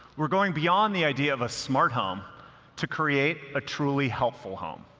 we're going beyond the idea of a smart home to create a truly helpful home.